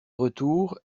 retour